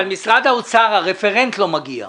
משרד האוצר, הרפרנט לא מגיע.